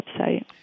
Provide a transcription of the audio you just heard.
website